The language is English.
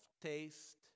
taste